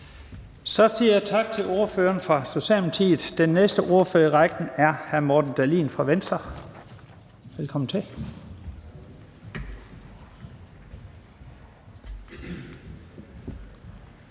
Så siger jeg tak til ordføreren for Socialdemokratiet. Den næste ordfører i rækken er hr. Morten Dahlin fra Venstre. Velkommen til.